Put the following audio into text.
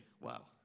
wow